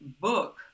book